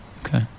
Okay